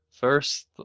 First